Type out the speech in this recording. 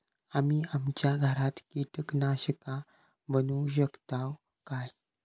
आम्ही आमच्या घरात कीटकनाशका बनवू शकताव काय?